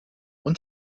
und